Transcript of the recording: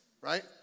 right